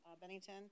Bennington